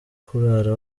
kurara